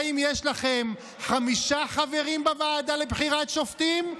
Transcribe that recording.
השאלה אם יש לכם חמישה חברים בוועדה לבחירת שופטים,